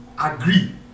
agree